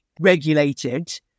regulated